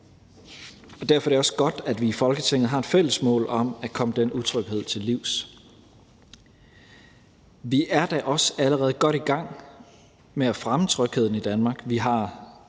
Derfor er det også godt, at vi i Folketinget har et fælles mål om at komme den utryghed til livs. Vi er da også allerede godt i gang med at fremme trygheden i Danmark.